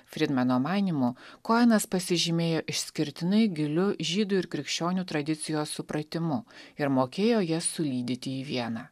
fridmano manymu kojenas pasižymėjo išskirtinai giliu žydų ir krikščionių tradicijos supratimu ir mokėjo jas sulydyti į vieną